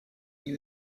you